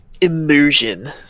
Immersion